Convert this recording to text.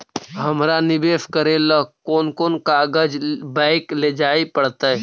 हमरा निवेश करे ल कोन कोन कागज बैक लेजाइ पड़तै?